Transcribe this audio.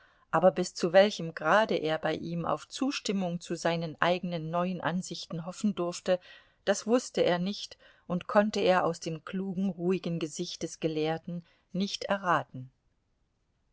aber bis zu welchem grade er bei ihm auf zustimmung zu seinen eigenen neuen ansichten hoffen durfte das wußte er nicht und konnte er aus dem klugen ruhigen gesicht des gelehrten nicht erraten